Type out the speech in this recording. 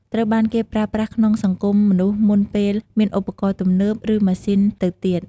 ត្រូវបានគេប្រើប្រាស់ក្នុងសង្គមមនុស្សមុនពេលមានឧបករណ៍ទំនើប ឬម៉ាស៊ីនទៅទៀត។